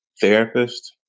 therapist